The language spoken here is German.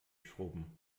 schrubben